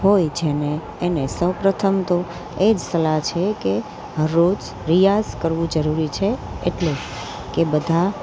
હોય જેને એને સૌપ્રથમ તો એ જ સલાહ છે કે હરરોજ રિયાઝ કરવું જરૂરી છે એટલે કે બધા